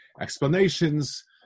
explanations